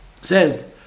says